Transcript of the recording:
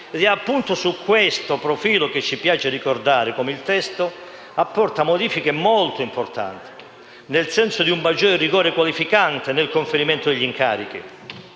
È, appunto, sotto questo profilo che ci piace ricordare come il testo apporti modifiche molto importanti, nel senso di un maggiore rigore qualificante nel conferimento degli incarichi.